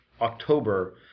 October